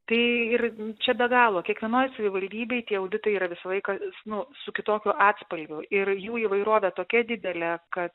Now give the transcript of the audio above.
tai ir čia be galo kiekvienoj savivaldybėj tie auditai yra visą laiką s nu su kitokiu atspalviu ir jų įvairovė tokia didelė ka